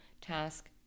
task